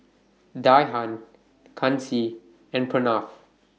Dhyan Kanshi and Pranav